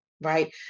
right